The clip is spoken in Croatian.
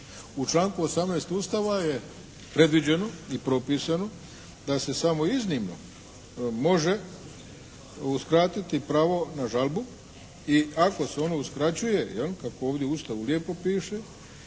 U članku 18. Ustava je predviđeno i propisano da se samo iznimno može uskratiti pravo na žalbu i ako se ono uskraćuje, jel, kako ovdje u Ustavu lijepo piše,